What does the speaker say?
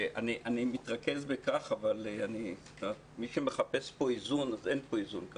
אני מתרכז בכך אבל מי שמחפש פה איזון אין פה איזון.